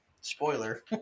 spoiler